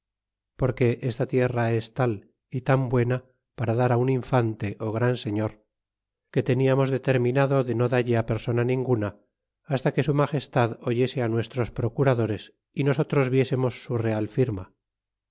porque esta tierra es tal y tan buena para dar im infante ó gran señor que teniamos determinado de no dalle persona ninguna hasta que su magestad oyese á nuestros procuradores y nosotros viésemos su real firma